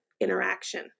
interaction